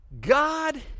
God